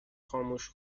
خاموش